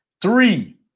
three